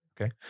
okay